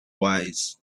wise